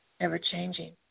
ever-changing